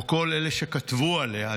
כל אלה שכתבו עליה,